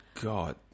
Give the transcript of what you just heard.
God